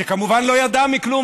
שכמובן לא ידע מכלום,